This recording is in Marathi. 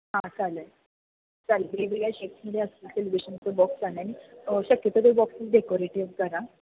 हां चालेल चालेल वेगवेगळ्या शेप्समध्ये असतील सेलिब्रेशनचे बॉक्स चालेन शक्यतो ते बॉक्स डेकोरेटिव्ह करा